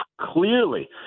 clearly